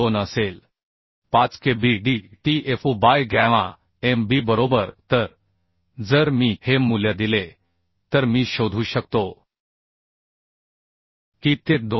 5 K b d t F u by gamma m b बरोबर तर जर मी हे मूल्य दिले तर मी शोधू शकतो की ते 2